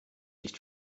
nicht